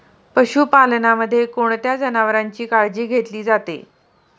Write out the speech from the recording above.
पशुपालनामध्ये कोणत्या जनावरांची काळजी घेतली जाते?